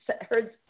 heard